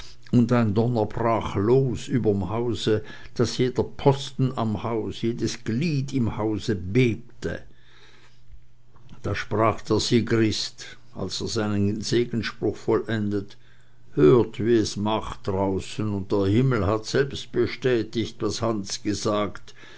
los überm hause daß jeder posten am haus jedes glied im hause bebte da sprach der sigrist als er seinen segenspruch vollendet hört wie es macht draußen und der himmel hat selbst bestätigt was hans gesagt